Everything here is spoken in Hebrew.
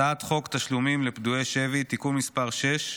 1. הצעת חוק תשלומים לפדויי שבי (תיקון מס' 6)